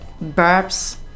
verbs